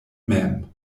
mem